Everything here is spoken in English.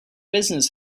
business